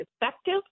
effective